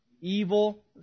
evil